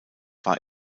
war